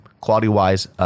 Quality-wise